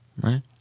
right